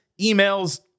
emails